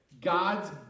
God's